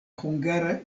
hungara